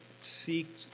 seek